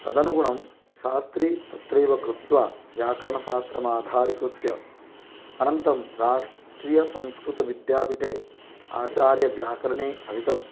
तदनुगुणं शास्त्री तत्रैव कृत्वा व्याकरणशास्त्रमाधारिकृत्य अनन्तरं राष्ट्रीयसंस्कृतविद्यापीठे आचार्यव्याकरणे अधीतम्